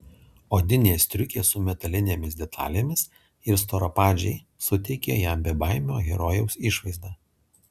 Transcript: odinė striukė su metalinėmis detalėmis ir storapadžiai suteikė jam bebaimio herojaus išvaizdą